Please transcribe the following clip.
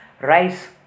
rice